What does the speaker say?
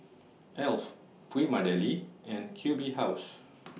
Alf Prima Deli and Q B House